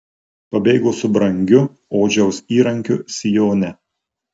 pabėgo su brangiu odžiaus įrankiu sijone